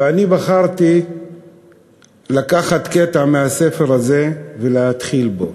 ואני בחרתי לקחת קטע מהספר הזה ולהתחיל בו.